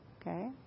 okay